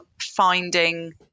finding